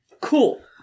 Cool